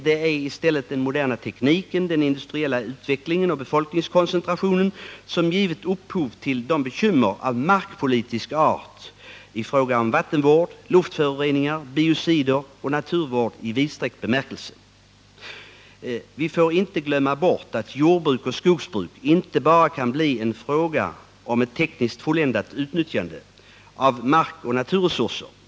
Det är i stället den moderna tekniken, den industriella utvecklingen och befolkningskoncentrationen som givit upphov till alla våra bekymmer av markpolitisk art men även i fråga om vattenvård, luftföroreningar, biocider och naturvård i vidsträckt bemärkelse. ——-—- Men vi får aldrig glömma bort att jordbruk och skogsbruk inte bara kan bli en fråga om ett tekniskt fulländat utnyttjande av markoch naturresurser.